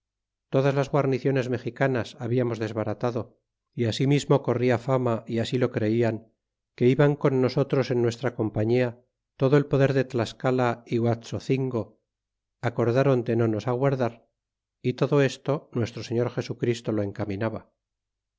todas las guarniciones mexicanas hablamos desbaratado y asimismo corria fama y así lo creian que iban con nosotros en nuestra compañia todo el poder de tlascala y guaxocingo acordron de no nos aguardar y todo esto nuestro señor jesu christo lo encaminaba